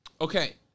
Okay